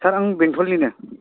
सार आं बेंटलनिनो